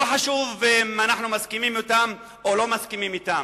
לא חשוב אם אנחנו מסכימים אתם או לא מסכימים אתם.